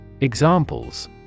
Examples